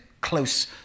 close